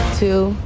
Two